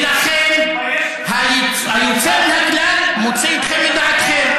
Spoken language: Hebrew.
ולכן, היוצא מן הכלל מוציא אתכם מדעתכם.